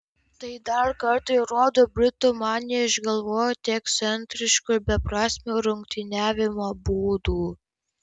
tai dar kartą įrodo britų maniją išgalvoti ekscentriškų ir beprasmių rungtyniavimo būdų